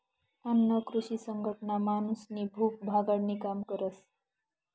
अन्न कृषी संघटना माणूसनी भूक भागाडानी काम करस